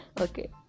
Okay